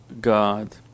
God